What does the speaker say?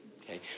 Okay